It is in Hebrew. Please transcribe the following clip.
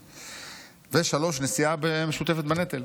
נשיאה משותפת בנטל: